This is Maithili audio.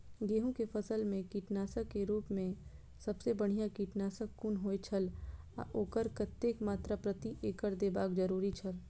गेहूं के फसल मेय कीटनाशक के रुप मेय सबसे बढ़िया कीटनाशक कुन होए छल आ ओकर कतेक मात्रा प्रति एकड़ देबाक जरुरी छल?